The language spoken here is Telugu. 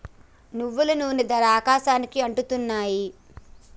నువ్వుల నూనె ధరలు ఆకాశానికి అంటుతున్నాయి